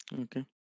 Okay